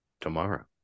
tomorrow